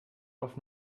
auf